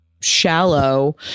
shallow